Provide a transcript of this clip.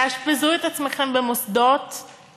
תאשפזו את עצמכם במוסדות,